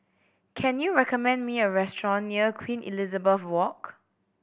can you recommend me a restaurant near Queen Elizabeth Walk